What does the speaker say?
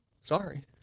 Sorry